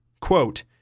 Quote